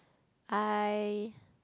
I